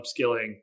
Upskilling